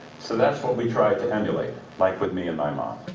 so that's what we tried to emulate, like with me and my mom,